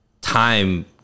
time